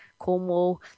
Cornwall